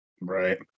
Right